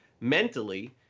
mentally